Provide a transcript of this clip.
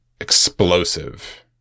explosive